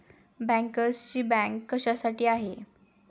बँकर्सची बँक कशासाठी असते?